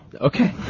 Okay